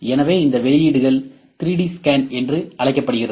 எனவே இந்த வெளியீடுகள் 3D ஸ்கேன் என்று அழைக்கப்படுகின்றன